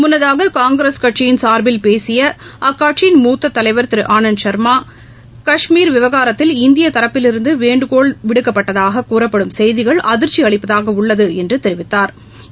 முன்னதாக காங்கிரஸ் கட்சியின் சார்பில் பேசிய அக்கட்சியின் மூத்த தலைவர் திரு ஆனந்த் சாமா கஷ்மீர் விவகாரத்தில் இந்திய தரப்பிலிருந்து வேண்டுகோள் விடுக்கப்பட்டதாக கூறப்படும் செய்திகள் அதிர்ச்சி அளிப்பதாக உள்ளது என்று தெரிவித்தாா்